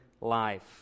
life